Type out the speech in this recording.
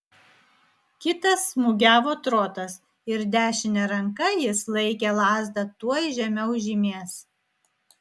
kitas smūgiavo trotas ir dešine ranka jis laikė lazdą tuoj žemiau žymės